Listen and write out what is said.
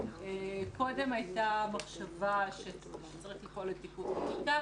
קודם הייתה מחשבה שצריך לפעול לתיקון חקיקה